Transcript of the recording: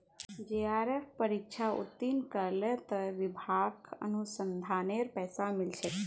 JRF परीक्षा उत्तीर्ण करले त विभाक अनुसंधानेर पैसा मिल छेक